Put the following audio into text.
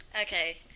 Okay